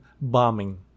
bombing